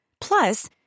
Plus